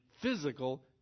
physical